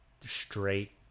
straight